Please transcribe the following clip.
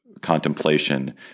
contemplation